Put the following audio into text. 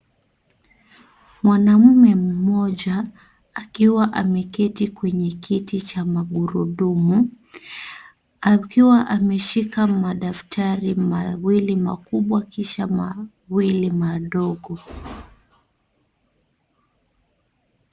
Mwanamune mmoja akiwa ameketi kwenye kiti cha magurudumu akiwa ameshika madaftali mawili makubwa kisha mawili madogo.